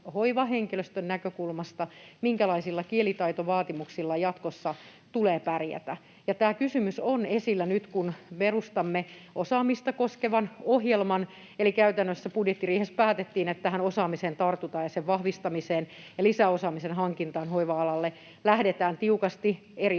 hoivahenkilöstön näkökulmasta, minkälaisilla kielitaitovaatimuksilla jatkossa tulee pärjätä, ja tämä kysymys on esillä nyt, kun perustamme osaamista koskevan ohjelman. Eli käytännössä budjettiriihessä päätettiin, että tähän osaamiseen ja sen vahvistamiseen tartutaan ja lisäosaamisen hankintaan hoiva-alalle lähdetään tiukasti eri